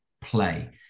Play